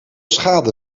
schade